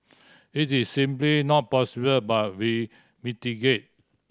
it is simply not possible but we mitigate